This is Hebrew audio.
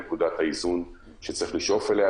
נקודת האיזון שצריך לשאוף אליה,